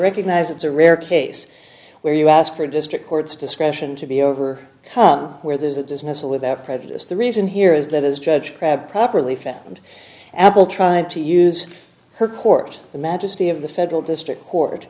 recognize it's a rare case where you ask for district court's discretion to be over come where there's a dismissal without prejudice the reason here is that as judge crabbe properly found apple tried to use her court the majesty of the federal district court